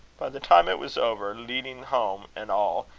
by the time it was over, leading-home and all,